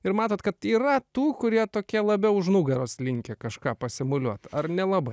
ir matot kad yra tų kurie tokie labiau už nugaros linkę kažką pasimuliuot ar nelabai